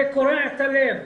זה קורע את הלב.